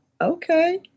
okay